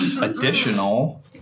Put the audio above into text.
additional